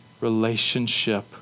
relationship